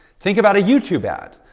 think about a youtube ad.